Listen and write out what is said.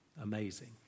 amazing